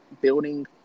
building